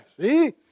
See